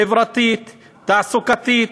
חברתית, תעסוקתית,